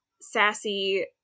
sassy